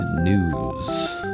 news